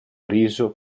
riso